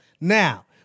Now